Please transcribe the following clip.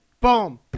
Boom